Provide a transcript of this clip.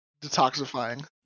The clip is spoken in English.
detoxifying